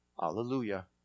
Hallelujah